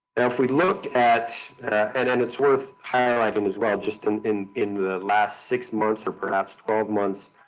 and if we look at at and it's worth highlighting as well, just and in in the last six months or perhaps twelve months